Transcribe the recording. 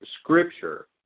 Scripture